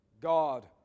God